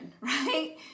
right